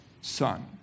son